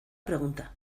pregunta